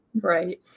right